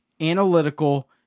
analytical